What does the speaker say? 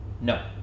No